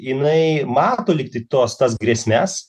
inai mato lyg tai tuos tas grėsmes